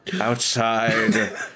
outside